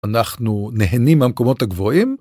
אנחנו נהנים מהמקומות הגבוהים.